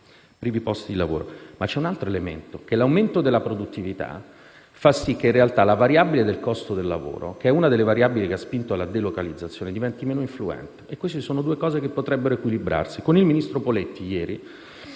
privi dei posti di lavoro. L'altro elemento è l'aumento della produttività, che fa sì che la variabile del costo del lavoro - è una delle variabili che ha spinto alla delocalizzazione - diventi meno influente. Queste sono due cose che potrebbero equilibrarsi. Con il ministro Poletti ieri